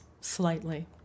slightly